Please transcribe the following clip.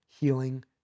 healing